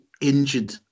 injured